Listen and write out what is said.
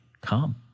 Come